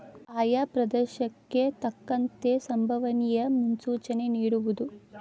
ಆಯಾ ಪ್ರದೇಶಕ್ಕೆ ತಕ್ಕಂತೆ ಸಂಬವನಿಯ ಮುನ್ಸೂಚನೆ ನಿಡುವುದು